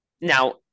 now